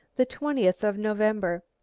the twentieth of november.